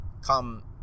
come